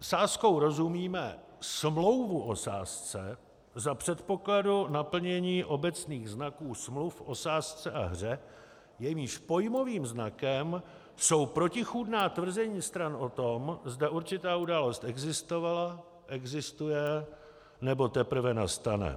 Sázkou rozumíme smlouvu o sázce za předpokladu naplnění obecních znaků smluv o sázce a hře, jejímž pojmovým znakem jsou protichůdná tvrzení stran o tom, zda určitá událost existovala, existuje, nebo teprve nastane.